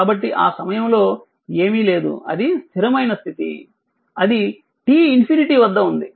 కాబట్టి ఆ సమయంలో ఏమీ లేదు అది స్థిరమైన స్థితి అది t →∞ వద్ద ఉంది